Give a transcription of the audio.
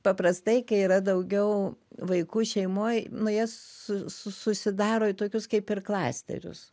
paprastai kai yra daugiau vaikų šeimoj nu jie su susidaro į tokius kaip ir klasterius